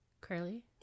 Curly